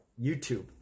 YouTube